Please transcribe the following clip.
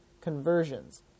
conversions